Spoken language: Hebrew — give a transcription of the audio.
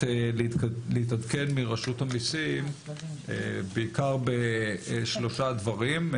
להתעדכן מרשות המיסים בעיקר בשלושה דברים: